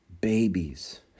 Babies